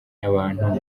n’abantu